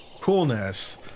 coolness